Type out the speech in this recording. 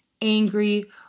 angry